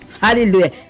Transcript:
Hallelujah